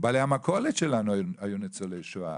בעלי המכולת שלנו היו ניצולי שואה.